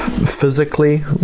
physically